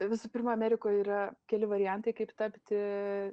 visų pirma amerikoj yra keli variantai kaip tapti